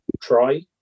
try